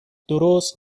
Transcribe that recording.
درست